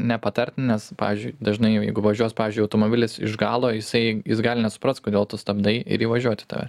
nepatartina nes pavyzdžiui dažnai jau jeigu važiuos pavyzdžiui automobilis iš galo jisai jis gali nesuprast kodėl tu stabdai ir įvažiuot į tave